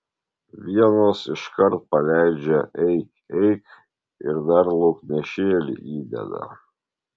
vienos iškart paleidžia eik eik ir dar lauknešėlį įdeda